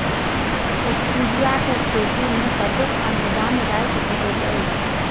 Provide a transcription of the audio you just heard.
Stevia केँ खेती मे कतेक अनुदान राशि भेटैत अछि?